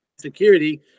security